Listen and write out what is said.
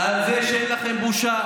על זה שאין לכם בושה,